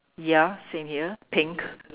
ya same here pink